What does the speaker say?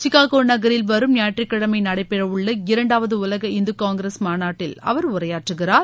Chicago நகரில் வரும் ஞாயிற்றுக்கிழமை நடைபெறவுள்ள இரண்டாவது உலக இந்து காங்கிரஸ் மாநாட்டில் அவர் உரையாற்றுகிறார்